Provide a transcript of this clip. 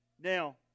now